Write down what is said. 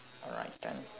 alright thanks